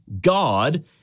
God